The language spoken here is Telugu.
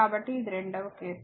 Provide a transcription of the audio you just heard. కాబట్టి ఇది రెండవ కేసు